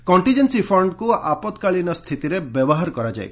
contingency ଫଣ୍ଡକୁ ଆପାତକାଳୀନ ସ୍ଥିତିରେ ବ୍ୟବହାର କରାଯାଏ